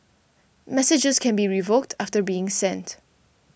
messages can be revoked after being sent